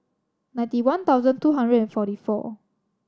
ninety one thousand two hundred and forty four